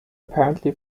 apparently